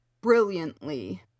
brilliantly